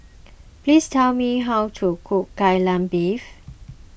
please tell me how to cook Kai Lan Beef